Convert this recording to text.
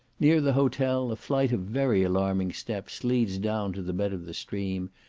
near the hotel a flight of very alarming steps leads down to the bed of the stream,